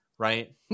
Right